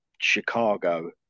Chicago